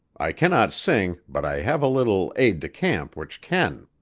i cannot sing, but i have a little aide de camp which can.